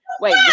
wait